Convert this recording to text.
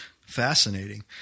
fascinating